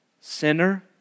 Sinner